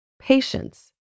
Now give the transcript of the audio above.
patience